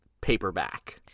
paperback